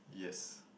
yes